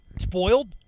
spoiled